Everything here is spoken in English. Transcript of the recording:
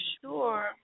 sure